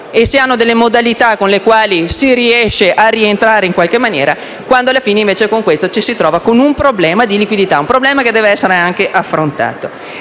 e si hanno delle modalità con le quali si riesce a rientrare in qualche maniera e, invece, con questo sistema ci si trova con un problema di liquidità che deve essere anche affrontato.